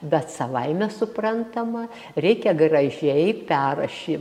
bet savaime suprantama reikia gražiai perrašy